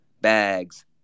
bags